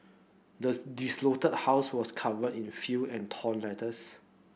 the desolated house was covered in filth and torn letters